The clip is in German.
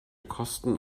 kosten